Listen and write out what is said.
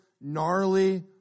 gnarly